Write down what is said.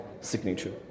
signature